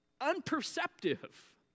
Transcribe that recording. unperceptive